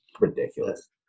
ridiculous